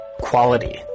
Quality